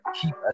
keep